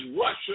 Russia